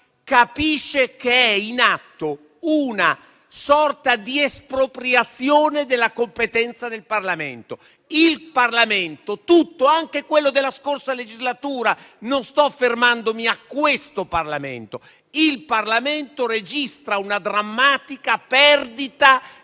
capisce che è in atto una sorta di espropriazione della competenza del Parlamento. Il Parlamento tutto - anche quello della scorsa legislatura, non mi riferisco solo a quello attuale - registra una drammatica perdita